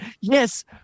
Yes